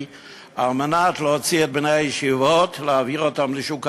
היא על מנת להוציא את בני הישיבות ולהעביר אותם לשוק העבודה.